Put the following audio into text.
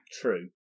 true